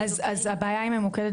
לגבי --- אז הבעיה היא במוקד,